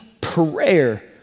prayer